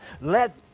let